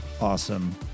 Awesome